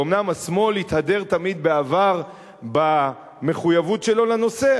אומנם בעבר השמאל התהדר תמיד במחויבות שלו לנושא,